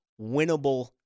winnable